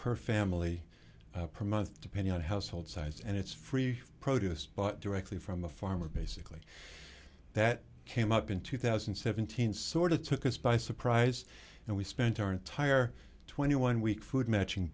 per family per month depending on household size and it's free produce but directly from a farmer basically that came up in two thousand and seventeen sort of took us by surprise and we spent our entire twenty one week food matching